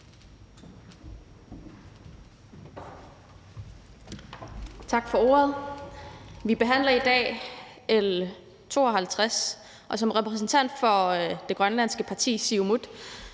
Tak for ordet. Vi behandler i dag L 52, og som repræsentant for det grønlandske parti Siumut